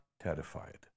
terrified